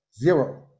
Zero